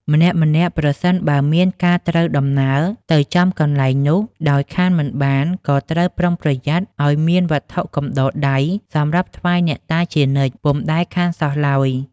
ម្នាក់ៗប្រសិនបើមានការត្រូវដំណើរទៅចំកន្លែងនោះ ដោយខានមិនបាន ក៏ត្រូវប្រុងប្រយ័ត្នឲ្យមានវត្ថុកំដរដៃ សម្រាប់ថ្វាយអ្នកតាជានិច្ច ពុំដែលខានសោះឡើយ ។